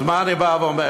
אז מה אני בא ואומר?